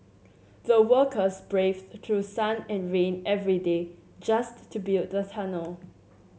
the workers braved through sun and rain every day just to build the tunnel